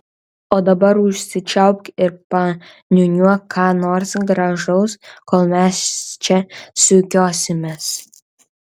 o dabar užsičiaupk ir paniūniuok ką nors gražaus kol mes čia sukiosimės